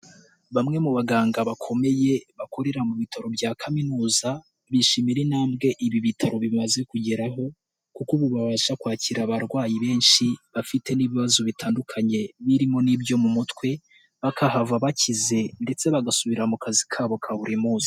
Bamwe mu baganga bakomeye, bakorera mu bitaro bya kaminuza, bishimira intambwe ibi bitaro bimaze kugeraho, kuko ubu babasha kwakira abarwayi benshi, bafite n'ibibazo bitandukanye birimo n'ibyo mu mutwe, bakahava bakize, ndetse bagasubira mu kazi kabo ka buri munsi.